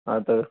ہاں سر